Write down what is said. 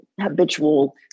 habitual